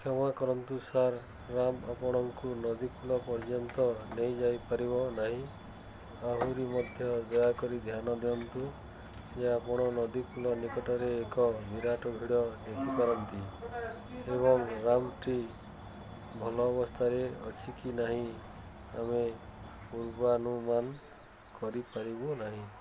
କ୍ଷମା କରନ୍ତୁ sir ramp ଆପଣଙ୍କୁ ନଦୀ କୂଳ ପର୍ଯ୍ୟନ୍ତ ନେଇ ଯାଇପାରିବ ନାହିଁ ଆହୁରି ମଧ୍ୟ ଦୟାକରି ଧ୍ୟାନ ଦିଅନ୍ତୁ ଯେ ଆପଣ ନଦୀ କୂଳ ନିକଟରେ ଏକ ବିରାଟ ଭିଡ଼ ଦେଖିପାରନ୍ତି ଏବଂ ରାମ୍ପଟି ଭଲ ଅବସ୍ଥାରେ ଅଛି କି ନାହିଁ ଆମେ ପୂର୍ବାନୁମାନ କରିପାରିବୁ ନାହିଁ